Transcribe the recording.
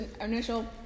initial